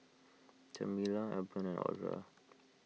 Jamila Albion and Audra